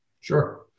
Sure